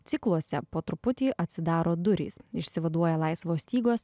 cikluose po truputį atsidaro durys išsivaduoja laisvos stygos